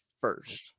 first